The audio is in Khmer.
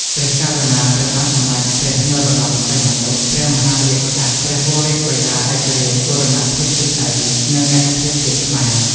ព្រះករុណា ព្រះបាទសម្ដេចព្រះនរោត្តម សីហនុ ព្រះមហាវីរក្សត្រ ព្រះវររាជបិតាឯករាជ្យ បូរណភាពទឹកដី និងឯកភាពជាតិខ្មែរ។